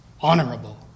honorable